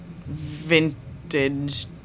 vintage